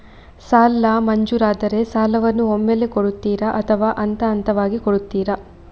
ಸಾಲ ಮಂಜೂರಾದರೆ ಸಾಲವನ್ನು ಒಮ್ಮೆಲೇ ಕೊಡುತ್ತೀರಾ ಅಥವಾ ಹಂತಹಂತವಾಗಿ ಕೊಡುತ್ತೀರಾ?